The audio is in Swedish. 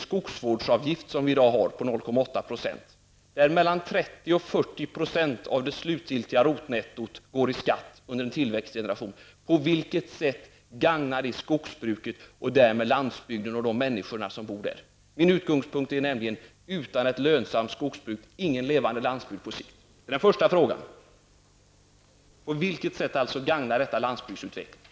Skogsvårdsavgiften ligger i dag på 0,8 %. Mellan 30 och 40 % av det slutgiltiga rotnettot går i skatt under en tillväxtgeneration. På vilket sätt gagnas skogsbruket och därmed landsbygden och de människor som bor där av en skogsvårdsavgift? Min utgångspunkt är nämligen: Utan ett lönsamt skogsbruk -- ingen levande landsbygd på sikt. Den första frågan är alltså: På vilket sätt gagnar detta landsbygdsutvecklingen?